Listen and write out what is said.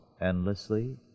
endlessly